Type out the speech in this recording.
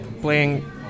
playing